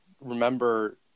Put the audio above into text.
remember